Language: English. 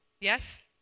Yes